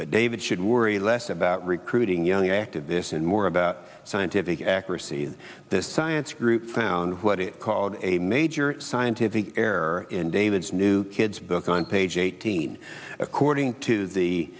but david should worry less about recruiting young activists and more about scientific accuracy the science group found what it called a major scientific error in david's new kids book on page eighteen according to the